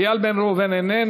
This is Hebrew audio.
איל בן ראובן, אינו